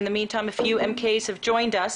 מספר חברי הכנסת הצטרפו אלינו בינתיים.